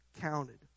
counted